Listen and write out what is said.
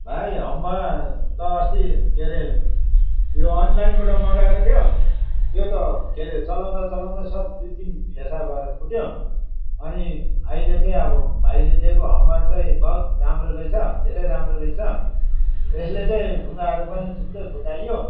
भाइ हम्बर त अस्ति के अरे यो अनलाइनबाट मगाएको थियो त्यो त के रे चलाउँदा चलाउँदा सब दुई तिन फेसा भएर फुट्यो अनि अहिले चाहिँ अब भाइले दिएको हम्बर चाहिँ बहुत राम्रो रहेछ धेरै राम्रो रहेछ यसले चाहिँ ढुङ्गाहरू पनि थुप्रै फुटाइयो